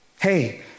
Hey